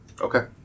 Okay